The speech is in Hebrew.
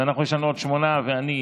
אז יש לנו עוד שמונה, ואני,